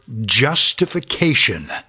justification